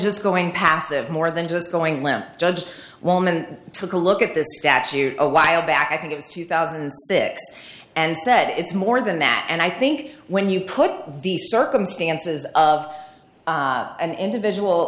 just going passive more than just going limp judge woman took a look at the statute a while back i think it was two thousand and six and said it's more than that and i think when you put the circumstances of an individual